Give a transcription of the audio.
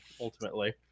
Ultimately